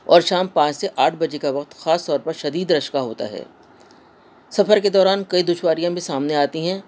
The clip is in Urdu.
اور شام پانچ سے آٹھ بجے کا وقت خاص طور پر شدید رش کا ہوتا ہے سفر کے دوران کئی دشواریاں بھی سامنے آتی ہیں